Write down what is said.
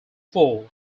four